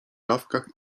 dawkach